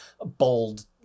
bold